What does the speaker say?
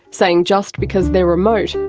saying just because they're remote,